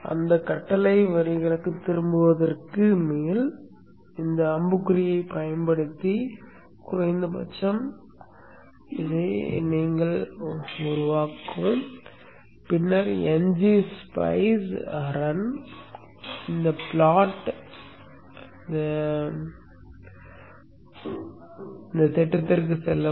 அந்த கட்டளை வரிக்குத் திரும்புவதற்கு மேல் அம்புக்குறியைப் பயன்படுத்தி குறைந்தபட்சம் மீண்டும் உருவாக்கவும் பின்னர் ngSpice ரன் ப்லாட் த்திட்டத்திற்குச் செல்லவும்